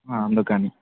అందుకని